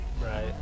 Right